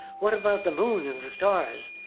what about the moon and the stars?